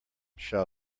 shall